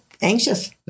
Anxious